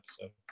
episode